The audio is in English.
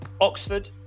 Oxford